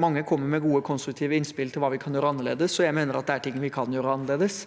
Mange kommer med gode, konstruktive innspill til hva vi kan gjøre annerledes, og jeg mener at det er ting vi kan gjøre annerledes.